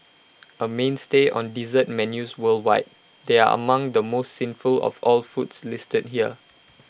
A mainstay on dessert menus worldwide they are among the most sinful of all the foods listed here